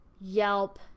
Yelp